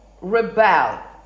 rebel